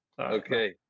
Okay